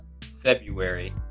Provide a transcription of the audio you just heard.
February